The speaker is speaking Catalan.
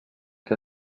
que